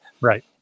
Right